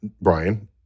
Brian